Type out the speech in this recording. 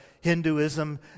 Hinduism